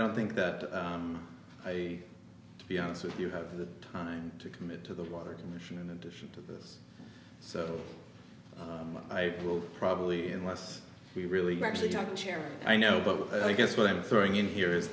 don't think that i to be honest if you have the time to commit to the water to mission in addition to this so i will probably unless we really actually talk cherry i know but i guess what i'm throwing in here is